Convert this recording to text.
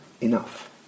enough